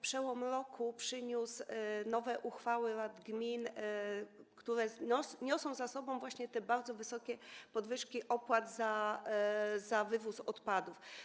Przełom roku przyniósł nowe uchwały rad gmin, które niosą ze sobą właśnie te bardzo wysokie podwyżki opłat za wywóz odpadów.